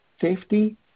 safety